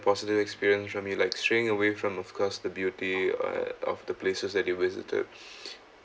positive experience for me like straying away from of course the beauty uh of the places that you visited